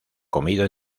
comido